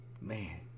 man